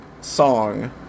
song